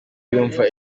yumva